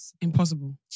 Impossible